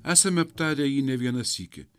esame aptarę jį ne vieną sykį